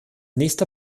nächster